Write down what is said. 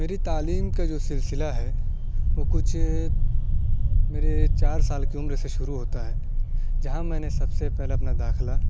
میری تعلیم کا جو سلسلہ ہے وہ کچھ میرے چار سال کی عمر سے شروع ہوتا ہے جہاں میں نے سب سے پہلے اپنا داخلہ